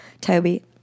Toby